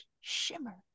shimmer